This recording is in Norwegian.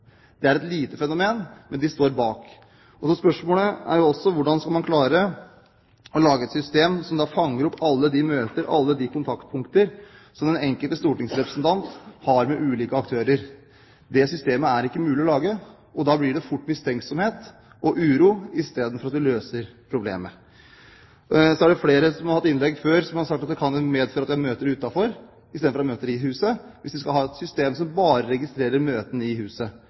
Det er et lite fenomen, men de står bak. Spørsmålet er jo også: Hvordan skal man klare å lage et system som fanger opp alle de møter og alle de kontaktpunkter som den enkelte stortingsrepresentant har med ulike aktører? Det systemet er ikke mulig å lage, og da blir det fort mistenksomhet og uro i stedet for at vi løser problemet. Så er det flere som har hatt innlegg før som har sagt at det kan medføre at det er møter utenfor, i stedet for at det er møter i huset, hvis vi skal ha et system som bare registrerer møtene i huset.